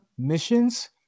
Missions